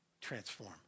Transform